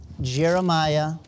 Jeremiah